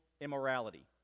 immorality